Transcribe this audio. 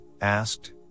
asked